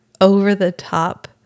over-the-top